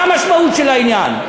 מה המשמעות של העניין?